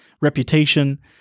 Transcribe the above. reputation